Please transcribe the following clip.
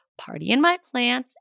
PARTYINMYPLANTS